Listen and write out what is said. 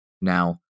now